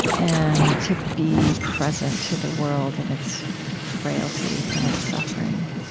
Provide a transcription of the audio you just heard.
and to be present to the world and its frailty and its suffering,